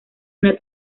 una